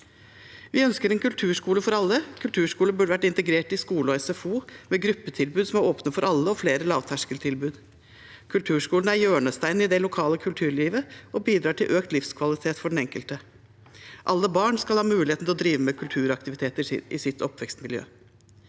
Vi ønsker en kulturskole for alle. Kulturskole burde vært integrert i skole og SFO, med gruppetilbud som er åpne for alle, og flere lavterskeltilbud. Kulturskolen er hjørnesteinen i det lokale kulturlivet og bidrar til økt livskvalitet for den enkelte. Alle barn skal ha muligheten til å drive med kulturaktiviteter i sitt oppvekstmiljø.